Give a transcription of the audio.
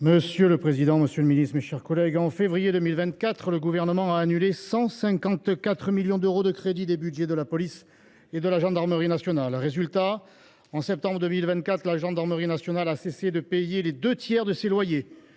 Monsieur le président, monsieur le ministre, mes chers collègues, au mois de février 2024, le précédent gouvernement a annulé 154 millions d’euros de crédits des budgets de la police et de la gendarmerie nationales. Résultat : au mois de septembre 2024, la gendarmerie nationale a cessé de payer les deux tiers de ses loyers.